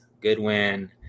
Goodwin